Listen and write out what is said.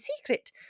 secret